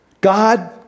God